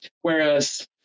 Whereas